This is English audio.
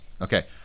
Okay